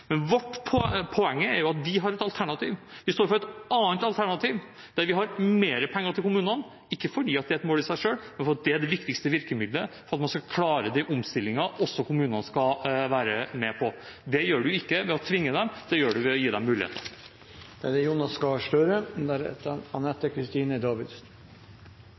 Men det er kanskje for unyansert at vi maler den svart – vi skal drive med dypblå maling. Poenget er at vi har et alternativ. Vi står for et annet alternativ, der vi har mer penger til kommunene, ikke fordi det er et mål i seg selv, men fordi det er det viktigste virkemiddelet for at man skal klare de omstillingene også kommunene skal være med på. Det gjør en ikke ved å tvinge dem, det gjør en ved å gi dem muligheter. «Kommunene er grunnmuren i det